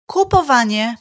Kupowanie